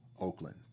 Oakland